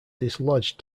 dislodge